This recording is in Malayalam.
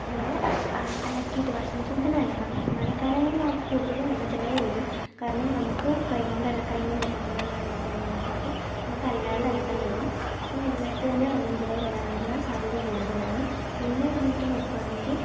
നമ്മൾ അലക്കിയിട്ട് വാഷിംഗ് മെഷീനിൽ തന്നെ അലക്കണം മഴക്കാലങ്ങളിലാവുമ്പോൾ കൂടുതലും വെള്ളച്ചിലവു വരും കാരണം നമ്മൾക്ക് കൈകൊണ്ട് അലക്കാനൊന്നും പറ്റത്തില്ല മഴയൊക്കെ ആയതുകൊണ്ട് അപ്പം നമുക്കല്ലാണ്ട് അലക്കേണ്ടി വരും അപ്പം നന്നായിട്ട് തന്നെ വെള്ളം ചിലവ് വരാനുള്ള സാധ്യത കൂടുതലാണ് പിന്നെ വന്നിട്ട് നോക്കുകയാണെങ്കിൽ